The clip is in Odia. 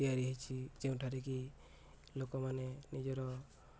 ତିଆରି ହୋଇଛି ଯେଉଁଠାରେ କିି ଲୋକମାନେ ନିଜର